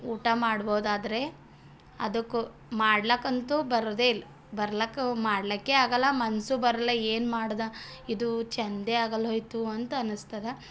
ಊಟ ಮಾಡ್ಬಹುದು ಆದರೆ ಅದಕ್ಕೂ ಮಾಡ್ಲಿಕ್ಕಂತೂ ಬರೋದೆಯಿಲ್ಲ ಬರ್ಲಕ್ಕೂ ಮಾಡ್ಲಿಕ್ಕೇ ಆಗಲ್ಲ ಮನಸ್ಸೂ ಬರಲ್ಲ ಏನು ಮಾಡಿದೆ ಇದು ಚೆಂದೇ ಆಗಲ್ ಹೋಯ್ತು ಅಂತ ಅನ್ನಿಸ್ತದ